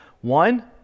one